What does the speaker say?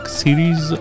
series